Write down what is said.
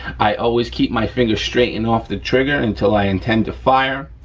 i always keep my finger straight and off the trigger until i intend to fire.